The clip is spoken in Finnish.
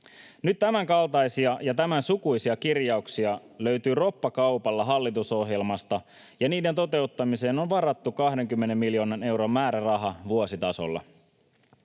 Nyt tämänkaltaisia ja tämän sukuisia kirjauksia löytyy roppakaupalla hallitusohjelmasta, ja niiden toteuttamiseen on varattu 20 miljoonan euron määräraha vuositasolla.